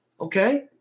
Okay